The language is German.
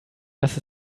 dass